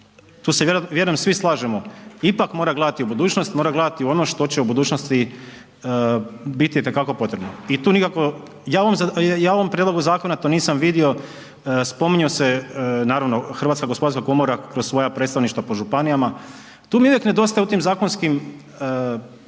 tu se, vjerujem svi slažemo, ipak mora gledati u budućnost, mora gledati u ono što će u budućnosti biti itekako potrebno. I tu nikako, ja u ovom prijedlogu zakona to nisam vidio, spominjao se, naravno HOK kroz svoja predstavništva po županijama. Tu mi uvijek nedostaje u tim zakonskim prijedlozima